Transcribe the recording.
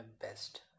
best